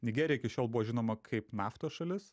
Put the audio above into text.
nigerija iki šiol buvo žinoma kaip naftos šalis